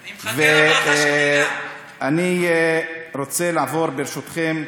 אני מחכה, אני רוצה לעבור, ברשותכם,